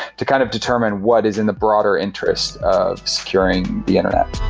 to kind of determine what is in the broader interest of securing the internet